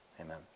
Amen